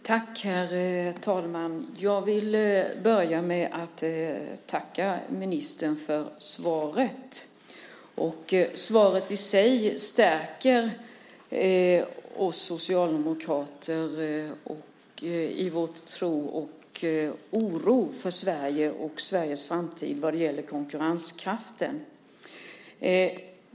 Herr talman! Jag vill börja med att tacka ministern för svaret. Svaret i sig stärker oss socialdemokrater i vår tro på och vår oro för Sveriges framtid vad gäller konkurrenskraften.